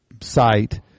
site